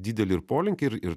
didelį ir polinkį ir ir